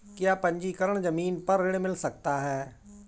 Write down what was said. क्या पंजीकरण ज़मीन पर ऋण मिल सकता है?